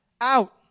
Out